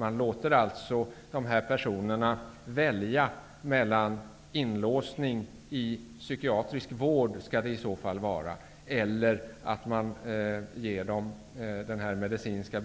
Man låter alltså dessa personer välja mellan inlåsning i psykiatrisk vård eller att man ger dem denna medicinska